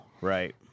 right